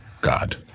God